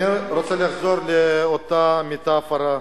אני רוצה לחזור לאותה מטאפורה,